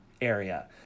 area